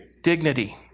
Dignity